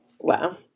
Wow